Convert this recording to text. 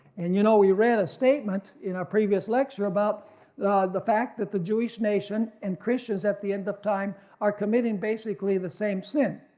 and you know we read a statement in a previous lecture about the fact that the jewish nation and christians, at the end of time are committing basically the same sin.